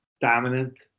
dominant